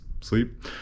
sleep